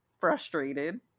frustrated